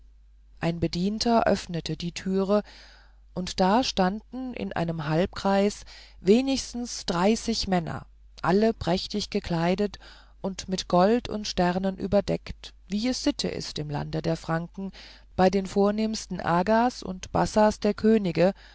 ein bedienter öffnete die türe und da standen in einem halbkreis wenigstens dreißig männer alle prächtig gekleidet und mit gold und sternen überdeckt wie es sitte ist im lande der franken bei den vornehmsten agas und bassas der könige